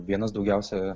vienas daugiausia